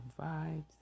vibes